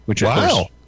Wow